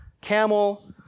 camel